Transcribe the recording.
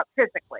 physically